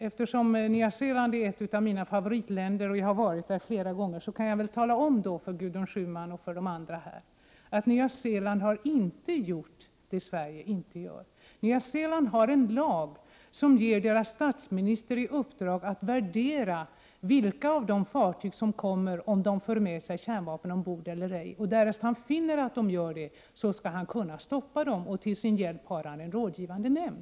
Eftersom Nya Zeeland är ett av mina favoritländer — jag har varit där flera gånger — kan jag tala om för Gudrun Schyman och andra här att Nya Zeeland inte har gjort det ni menar att Sverige borde göra. Nya Zeeland har en lag som ger landets statsminister i uppdrag att värdera vilka av de fartyg som kommer på besök som för med sig kärnvapen ombord. Därest han finner att fartygen medför kärnvapen, skall han kunna stoppa dem. Till sin hjälp har han en rådgivande nämnd.